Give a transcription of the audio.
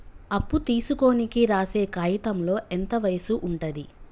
అప్పు తీసుకోనికి రాసే కాయితంలో ఎంత వయసు ఉంటది?